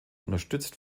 unterstützt